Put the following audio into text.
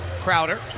Crowder